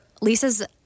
Lisa's